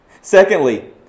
Secondly